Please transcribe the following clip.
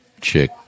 chick